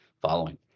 following